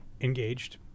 engaged